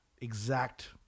exact